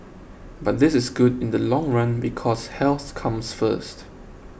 but this is good in the long run because health comes first